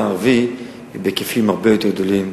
הערבי היא בהיקפים הרבה יותר גדולים